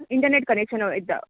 internet connection वोयता